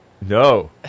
No